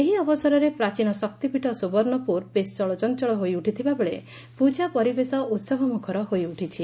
ଏହି ଅବସରରେ ପ୍ରାଚୀନ ଶକ୍ତିପୀଠ ସ୍ବର୍ଶ୍ଣପୁର ବେଶ୍ ଚଳଚଞ୍ଚଳ ହୋଇଉଠିଥିବାବେଳେ ପ୍ରଜା ପରିବେଶ ଉହବମୁଖର ହୋଇଉଠିଛି